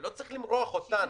לא צריך למרוח אותנו,